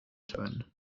turn